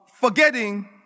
Forgetting